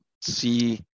see